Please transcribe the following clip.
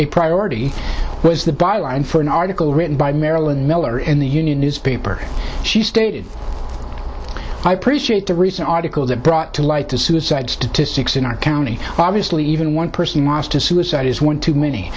a priority was the byline for an article written by marilyn miller in the union newspaper she stated i appreciate the recent article that brought to light the suicide statistics in our county obviously even one person lost to suicide is one too many